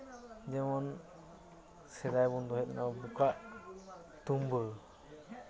ᱡᱮᱢᱚᱱ ᱥᱮᱫᱟᱭ ᱵᱚᱱ ᱫᱚᱦᱚᱭᱮᱫ ᱛᱟᱦᱮᱱᱟ ᱵᱚᱠᱟᱜ ᱛᱩᱸᱵᱟᱹ